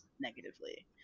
negatively